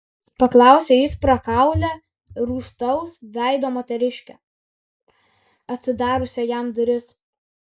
paklausė jis prakaulią rūstaus veido moteriškę atidariusią jam duris